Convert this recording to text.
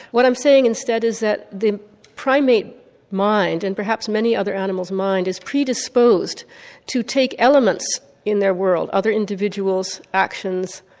what i'm saying instead is that the primate mind and perhaps many other animals' mind is predisposed to take elements in their world, other individuals actions,